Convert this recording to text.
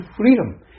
freedom